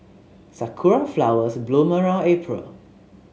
sakura flowers bloom around April